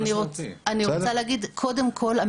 אני רוצה להגיד שקודם כל,